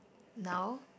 now